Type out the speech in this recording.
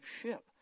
ship